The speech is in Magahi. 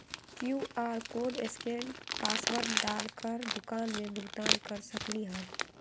कियु.आर कोड स्केन पासवर्ड डाल कर दुकान में भुगतान कर सकलीहल?